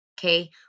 okay